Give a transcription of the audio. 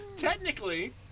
Technically